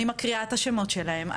אני מקריאה את השמות שלהן,